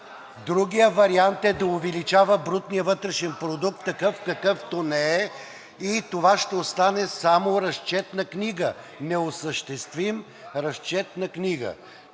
другият вариант е да увеличава брутния вътрешен продукт такъв, какъвто не е, и това ще остане само разчет на книга, неосъществим разчет на книга.